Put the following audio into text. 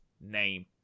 name